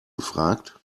gefragt